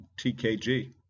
TKG